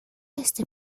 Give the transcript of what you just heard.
este